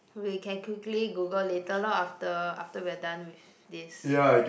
we can quickly Google later lor after after we're done with this